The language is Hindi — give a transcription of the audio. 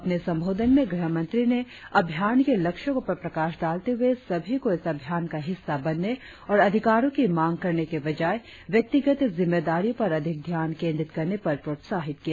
अपने संबोधन में गृह मंत्री ने अभियान के लक्ष्यों पर प्रकाश डालते हुए सभी को इस अभियान का हिस्सा बनने और अधिकारों की मांग करने के बजाय व्यक्तिगत जिम्मेदारियों पर अधिक ध्यान केंद्रीय करने पर प्रोत्साहित किया